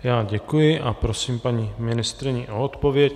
Já vám děkuji a prosím paní ministryni o odpověď.